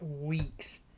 weeks